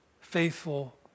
faithful